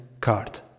card